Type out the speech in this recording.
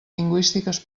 lingüístiques